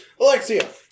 Alexia